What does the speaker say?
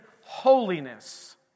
holiness